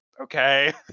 Okay